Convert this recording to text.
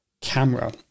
camera